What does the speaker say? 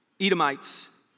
Edomites